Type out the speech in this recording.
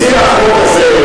מציע החוק הזה,